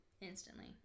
Instantly